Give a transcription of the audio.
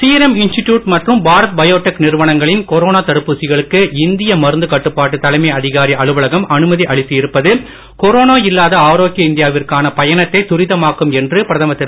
serum institute மற்றும் Bharat biotech நிறுவனங்களின் corona தடுப்பூசிகளுக்கு இந்திய மருந்து கட்டுப்பாட்டு தலைமை அதிகாரி அலுவலகம் அனுமதி அளித்து இருப்பது கொரோனா இல்லாத ஆரோக்கிய இந்தியாவிற்கான பயணத்தை துரிதமாக்கும் என்று பிரதமர் திரு